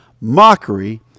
mockery